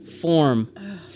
Form